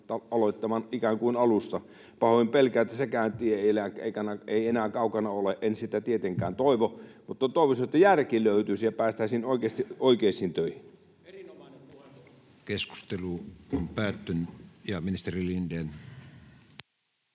aloittamaan ikään kuin alusta? Pahoin pelkään, että sekään tie ei enää kaukana ole — en sitä tietenkään toivo, mutta toivoisin, että järki löytyisi ja päästäisiin oikeasti oikeisiin töihin.